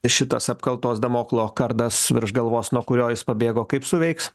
šitas apkaltos damoklo kardas virš galvos nuo kurio jis pabėgo kaip suveiks